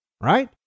right